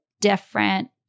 different